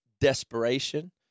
desperation